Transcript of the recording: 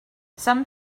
some